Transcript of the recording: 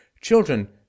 children